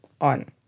on